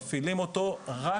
מפעילים אותו רק